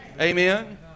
Amen